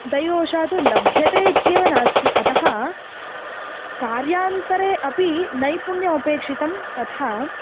दैववषात् लभ्यते इत्येव नास्ति अतः कार्यान्तरे अपि नैपुण्यमपेक्षितं तथा